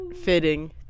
fitting